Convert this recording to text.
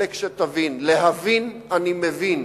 להבין אני מבין,